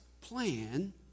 plan